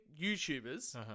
YouTubers